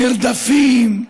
מרדפים,